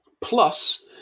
plus